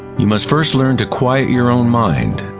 you must first learn to quiet your own mind.